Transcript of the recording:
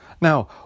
Now